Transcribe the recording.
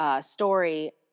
story